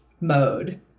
mode